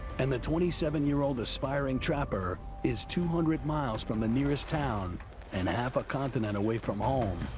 and the twenty seven year old aspiring trapper is two hundred miles from the nearest town and a half a continent away from home.